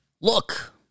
Look